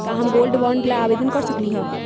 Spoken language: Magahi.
का हम गोल्ड बॉन्ड ला आवेदन कर सकली ह?